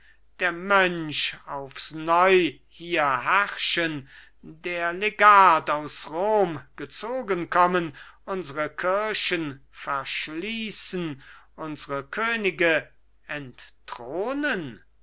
der mönch aufs neu hier herrschen der legat aus rom gezogen kommen unsre kirchen verschließen unsre könige entthronen